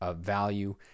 Value